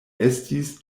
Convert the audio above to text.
estis